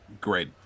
great